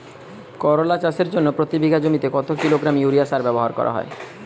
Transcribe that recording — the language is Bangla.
করলা চাষের জন্য প্রতি বিঘা জমিতে কত কিলোগ্রাম ইউরিয়া সার ব্যবহার করা হয়?